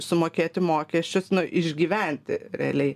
sumokėti mokesčius išgyventi realiai